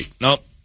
Nope